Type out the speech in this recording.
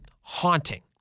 haunting